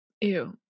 ew